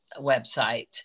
website